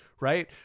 right